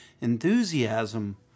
enthusiasm